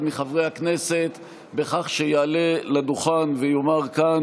מחברי הכנסת בכך שיעלה לדוכן ויאמר כאן,